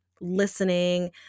listening